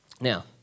Now